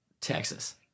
Texas